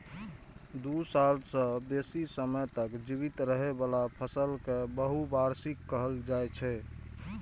दू साल सं बेसी समय तक जीवित रहै बला फसल कें बहुवार्षिक कहल जाइ छै